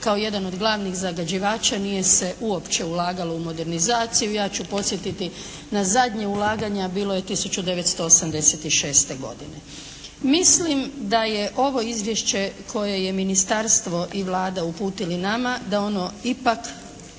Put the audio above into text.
kao jedan od glavnih zagađivača nije se uopće ulagalo u modernizaciju. Ja ću podsjetiti na zadnje ulaganje a bilo je 1986. godine. Mislim da je ovo izvješće koje je ministarstvo i Vlada uputili nama da ono ipak